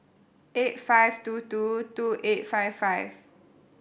eight five two two two eight five five